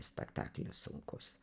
spektaklis sunkus